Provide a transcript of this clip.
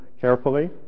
carefully